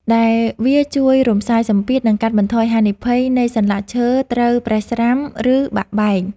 ដែលវាជួយរំសាយសម្ពាធ និងកាត់បន្ថយហានិភ័យនៃសន្លាក់ឈើត្រូវប្រេះស្រាំ ឬបាក់បែក។